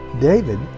David